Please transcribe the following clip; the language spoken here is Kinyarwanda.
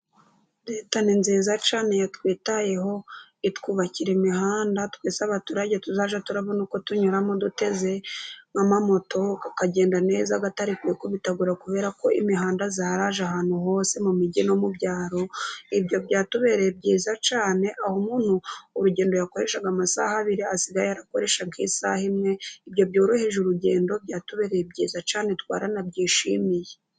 Leta ni nziza cyane yatwitayeho, itwubakira imihanda twese abaturage tuzajya turabona uko tunyuramo duteze. Na moto zikagenda neza zitari kwikubitagura kubera ko imihanda yaraje ahantu hose, mu migi no mu byaro, ubyo byatubereye byiza cyane, aho umuntu urugendo yakoreshaga amasaha abiri, asigaye arakoresha isaha imwe. Ibyo byoroheje urugendo byatubereye byiza cyane twaranabyishimiye.